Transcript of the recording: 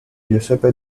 giuseppe